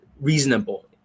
reasonable